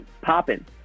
Popping